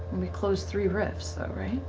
we closed three rifts, though, right?